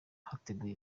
hateguwe